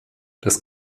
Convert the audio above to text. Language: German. das